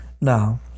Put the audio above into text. now